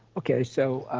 okay, so,